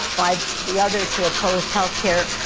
by the others who opposed health care.